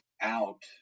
out